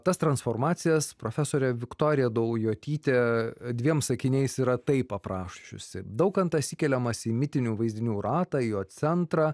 tas transformacijas profesorė viktorija daujotytė dviem sakiniais yra taip aprašiusi daukantas įkeliamas į mitinių vaizdinių ratą į jo centrą